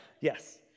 Yes